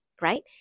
right